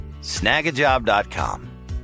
Snagajob.com